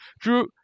drew